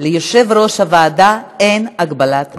ליושב-ראש הוועדה אין הגבלת זמן.